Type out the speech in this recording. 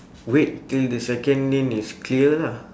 wait till the second lane is clear lah